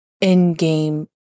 in-game